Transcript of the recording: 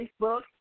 Facebook